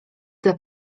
dla